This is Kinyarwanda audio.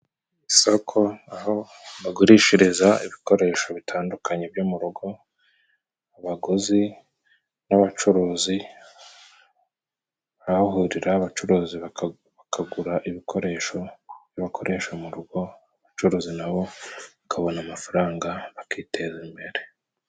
Isoko aho bagurishiriza ibikoresho bitandukanye byo mu rugo. Abaguzi n'abacuruzi barahahurira, abacuruzi bakagura ibikoresho bakoresha mu rugo, abacuruzi nabo bakabona amafaranga bakiteza imbere.